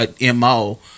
MO